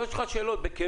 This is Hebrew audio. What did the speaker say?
אני שואל אותך שאלות בכנות.